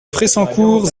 fressancourt